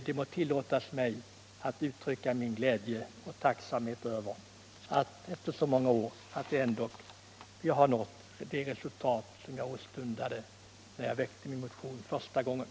Det må tillåtas mig att uttrycka min glädje och tacksamhet över att vi efter så många år nu nått det resultat som jag åstundade då jag första gången väckte min motion.